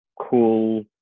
cool